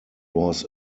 was